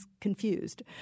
confused